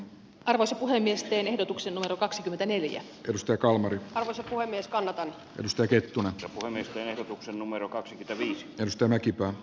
arvoisa puhemies teen ehdotuksen numero kaksikymmentäneljä crysta kalman puhemies kannata takertua omikseen ehdotuksen numero kaksi piste viisitoista mäkipää